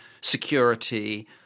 security